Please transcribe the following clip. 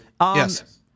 yes